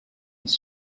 its